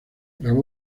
grabó